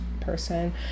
person